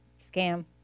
Scam